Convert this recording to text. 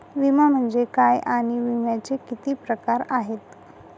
विमा म्हणजे काय आणि विम्याचे किती प्रकार आहेत?